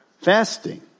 Fasting